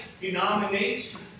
denomination